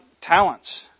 talents